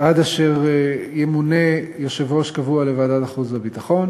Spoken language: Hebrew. עד אשר ימונה יושב-ראש קבוע לוועדת החוץ והביטחון